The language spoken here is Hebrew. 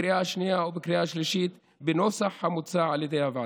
בקריאה השנייה ובקריאה השלישית בנוסח המוצע על ידי הוועדה.